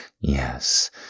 yes